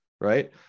Right